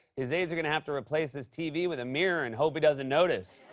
his aides are going to have to replace his tv with a mirror and hope he doesn't notice.